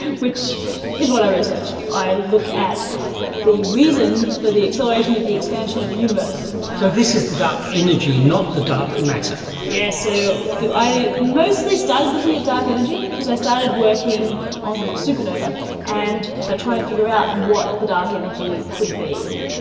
which is what i research. i look at the reason for the acceleration of the expansion of the universe. so this is the dark energy, not the dark matter? yeah so yes. i mostly started looking at dark energy because i started working on supernovae and i tried to figure out what the dark energy could be.